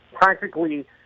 practically